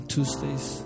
Tuesdays